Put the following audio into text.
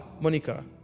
Monica